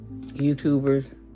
YouTubers